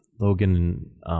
Logan